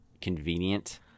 convenient